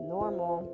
normal